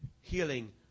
healing